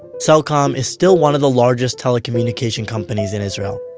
cellcom is still one of the largest telecommunications companies in israel.